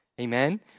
Amen